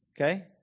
Okay